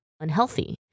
unhealthy